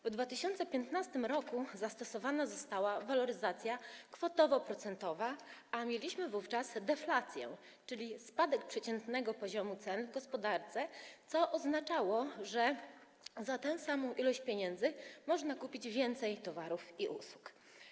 W 2015 r. zastosowana została waloryzacja kwotowo-procentowa, a mieliśmy wówczas deflację, czyli spadek przeciętnego poziomu cen w gospodarce, co oznaczało, że za tę samą ilość pieniędzy można było kupić więcej towarów i usług.